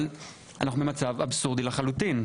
אבל אנחנו במצב אבסורדי לחלוטין.